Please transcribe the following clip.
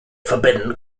forbidden